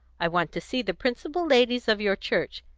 i want to see the principal ladies of your church,